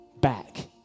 back